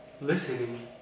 listening